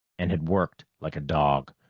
and had worked like a dog.